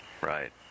Right